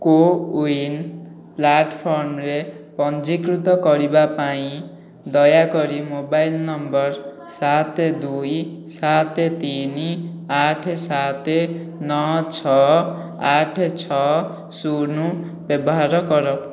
କୋୱିନ ପ୍ଲାଟଫର୍ମରେ ପଞ୍ଜୀକୃତ କରିବା ପାଇଁ ଦୟାକରି ମୋବାଇଲ ନମ୍ବର ସାତ ଦୁଇ ସାତ ତିନି ଆଠ ସାତ ନଅ ଛଅ ଆଠ ଛଅ ଶୁନ ବ୍ୟବହାର କର